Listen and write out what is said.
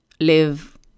live